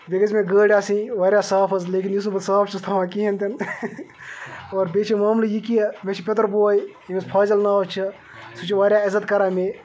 بیٚیہِ گژھِ مےٚ گٲڑۍ آسٕنۍ واریاہ صاف حظ لیکن یُس نہٕ صاف چھُس تھاوَن کِہیٖنۍ تہِ نہٕ اور بیٚیہِ چھِ معاملہٕ یہِ کہ مےٚ چھِ پِتُر بوے ییٚمِس فاضِل ناو چھِ سُہ چھُ واریاہ عزت کَران مےٚ